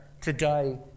today